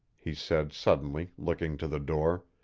he said suddenly, looking to the door.